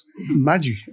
magic